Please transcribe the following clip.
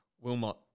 Wilmot